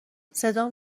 صدام